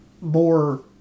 more